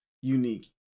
unique